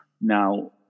Now